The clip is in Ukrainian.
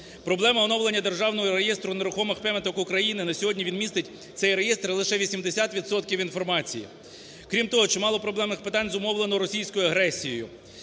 Проблема оновлення Державного реєстру нерухомих пам'яток України на сьогодні він містить, цей реєстр, лише 80 відсотків інформації. Крім того, чимало проблемних питань зумовлено російською агресією